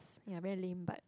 ya very lame but